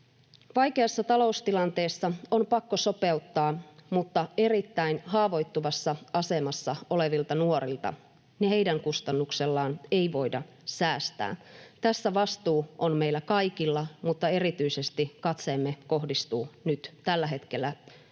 Vaikeassa taloustilanteessa on pakko sopeuttaa, mutta erittäin haavoittuvassa asemassa olevilta nuorilta heidän kustannuksellaan ei voida säästää. Tässä vastuu on meillä kaikilla, mutta erityisesti katseemme kohdistuu nyt tällä hetkellä